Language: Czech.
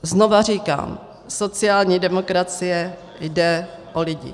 Znova říkám, sociální demokracii jde o lidi.